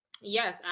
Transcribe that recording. yes